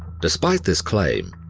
despite this claim,